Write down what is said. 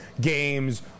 games